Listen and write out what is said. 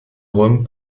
rome